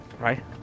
Right